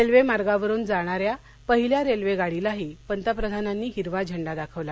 railway मार्गावरून जाणाऱ्या पहिल्या रेल्वे गाडीलाही पंतप्रधानांनी हिरवा झेंडा दाखवला